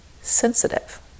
sensitive